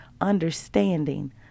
understanding